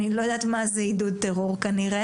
אני לא יודעת מה זה עידוד טרור כנראה.